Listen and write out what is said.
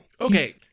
Okay